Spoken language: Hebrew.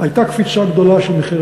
הייתה קפיצה גדולה של מחיר